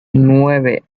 nueve